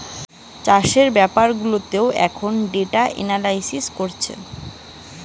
চাষের বেপার গুলাতেও এখন ডেটা এনালিসিস করতিছে